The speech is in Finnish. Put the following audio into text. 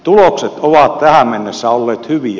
tulokset ovat tähän mennessä olleet hyviä